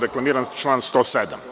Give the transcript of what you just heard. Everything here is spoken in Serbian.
Reklamiram član 107.